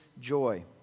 joy